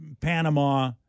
Panama